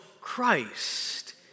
Christ